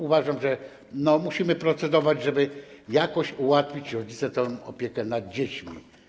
Uważam, że musimy procedować, żeby jakoś ułatwić rodzicom opiekę nad dziećmi.